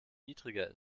niedriger